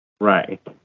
right